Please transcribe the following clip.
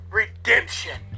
redemption